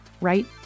right